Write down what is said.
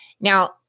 Now